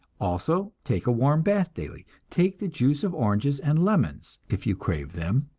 also take a warm bath daily. take the juice of oranges and lemons if you crave them.